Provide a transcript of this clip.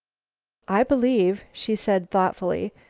i believe, she said thoughtfully,